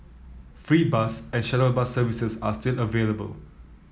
free bus and shuttle bus services are still available